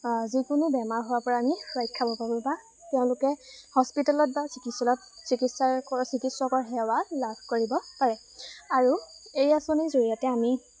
যিকোনো বেমাৰ হোৱাৰপৰা আমি ৰক্ষাাব পাবোঁ বা তেওঁলোকে হস্পিটেলত বা চিকিৎসালত চিকিৎসাৰ চিকিৎসকৰসেৱা লাভ কৰিব পাৰে আৰু এই আঁচনিৰ জৰিয়তে আমি